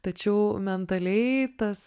tačiau mentaliai tas